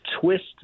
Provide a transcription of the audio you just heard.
twist